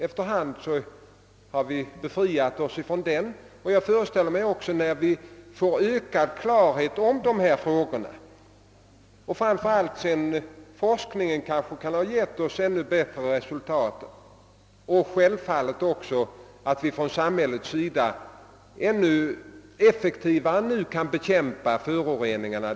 Efter hand har vi befriat oss från den omedelbara oron. Jag föreställer mig också att vi skall kunna se situationen ljusare allteftersom vi vinner ökad klarhet om dessa föroreningsfrågor, framför allt genom att forskningen kommer att ge oss bättre resultat och självfallet också genom att samhället ännu effektivare kan bekämpa föroreningarna.